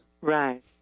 Right